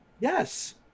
Yes